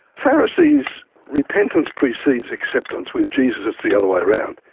pharisees' repentance precedes acceptance. with jesus it's the other way around.